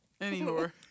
Anymore